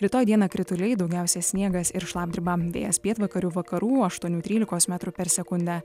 rytoj dieną krituliai daugiausiai sniegas ir šlapdriba vėjas pietvakarių vakarų aštuonių trylikos metrų per sekundę